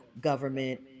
government